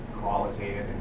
qualitative